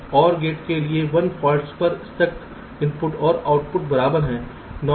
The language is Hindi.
OR गेट के लिए 1 फाल्ट्स पर स्टक इनपुट और आउटपुट बराबर हैं